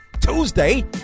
Tuesday